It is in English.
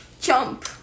jump